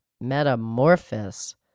Metamorphosis